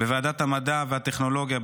בוועדת המדע והטכנולוגיה,